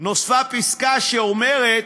נוספה פסקה שאומרת: